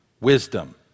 wisdom